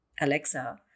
Alexa